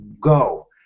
go